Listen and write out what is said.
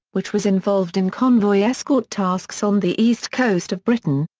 which was involved in convoy escort tasks on the east coast of britain,